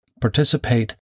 participate